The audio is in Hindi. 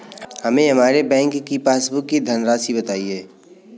हमें हमारे बैंक की पासबुक की धन राशि बताइए